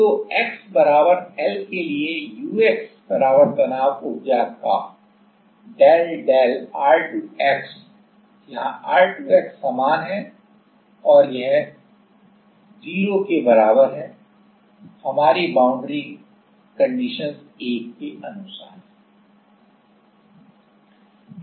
तो x L के लिए ux तनाव ऊर्जा का del del R2x यहाँ R2x समान है और यह 0 हमारी बाउंड्री कंडीशनस एक के अनुसार है